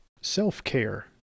self-care